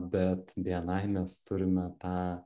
bet bni mes turime tą